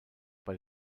bei